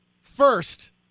first